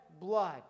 blood